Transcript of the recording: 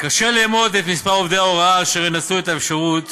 קשה לאמוד את מספר עובדי ההוראה אשר ינצלו את אפשרות